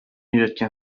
üretken